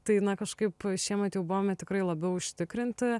tai na kažkaip šiemet jau buvome tikrai labiau užtikrinti